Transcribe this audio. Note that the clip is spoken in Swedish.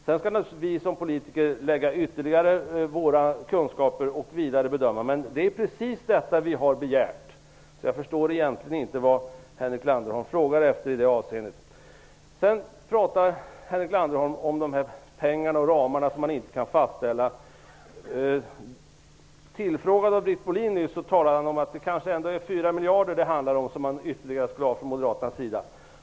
Sedan skall naturligtvis vi som politiker lägga till våra kunskaper och göra vidare bedömningar. Men det är precis detta vi har begärt. Jag förstår egentligen inte vad Henrik Landerholm frågar efter i det avseendet. Henrik Landerholm pratar om pengarna och om de ramar som man inte kan fastställa. Tillfrågad av Britt Bohlin nyss talade han om att det kanske ändå är 4 miljarder som moderaterna skulle vilja ha ytterligare.